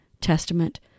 Testament